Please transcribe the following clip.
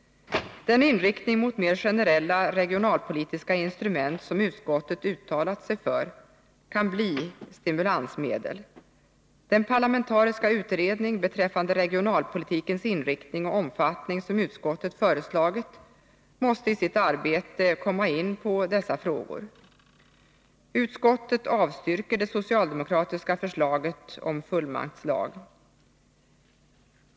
Den inriktning mot mer generella regionalpolitiska instrument som utskottet uttalat sig för kan bli stimulansmedel. Den parlamentariska utredning om regionalpolitikens inriktning och omfattning som utskottet föreslagit måste i sitt arbete komma in på dessa frågor. Utskottet avstyrker det socialdemokratiska förslaget om fullmaktslag.